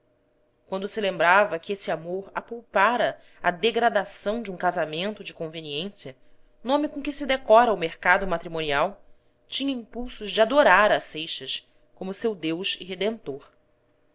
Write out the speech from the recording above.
quando se lembrava que esse amor a poupara à degradação de um casamento de conveniência nome com que se decora o mercado matrimonial tinha impulsos de adorar a seixas como seu deus e redentor